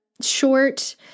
short